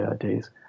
days